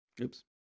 oops